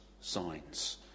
signs